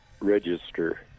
register